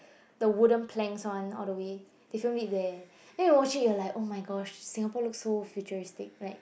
the wooden planks one all the way they filmed it there then you watch it you will like oh my gosh Singapore looks so futuristic like